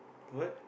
what